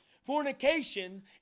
fornication